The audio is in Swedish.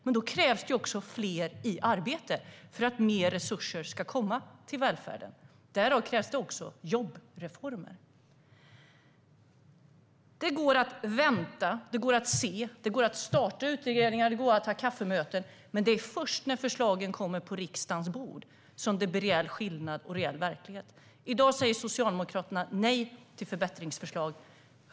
Men då krävs det också att fler är i arbete, för att vi ska få mer resurser till välfärden. Därav krävs också jobbreformer. Det går att vänta. Det går att se. Det går att starta utredningar. Det går att ha kaffemöten. Men det är först när förslagen kommer på riksdagens bord som det blir reell skillnad och verklighet. I dag säger Socialdemokraterna nej till förbättringsförslag.